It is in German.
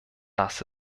das